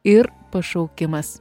ir pašaukimas